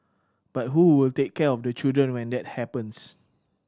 but who will take care of the children when that happens